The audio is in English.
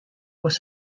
was